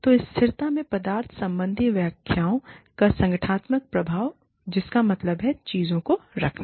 तो स्थिरता के पदार्थ संबंधी व्याख्याओं का संगठनात्मक प्रभाव जिसका मतलब है कि चीजों को रखना